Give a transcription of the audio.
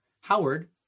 Howard